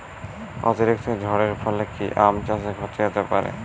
অতিরিক্ত ঝড়ের ফলে কি আম চাষে ক্ষতি হতে পারে?